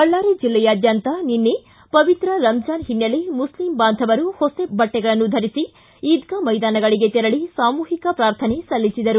ಬಳ್ಳಾರಿ ಜಿಲ್ಲೆಯಾದ್ದಾಂತ ನಿನ್ನೆ ಪವಿತ್ರ ರಮಜಾನ್ ಹಿನ್ನೆಲೆ ಮುಖ್ಯಂ ಬಾಂಧವರು ಹೊಸ ಬಟ್ಟೆಗಳನ್ನು ಧರಿಸಿ ಇದ್ಗಾ ಮೈದಾನಗಳಿಗೆ ತೆರಳಿ ಸಾಮೂಹಿಕ ಪ್ರಾರ್ಥನೆ ಸಲ್ಲಿಸಿದರು